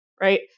right